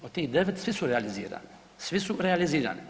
Od tih 9 svi su realizirani, svi su realizirani.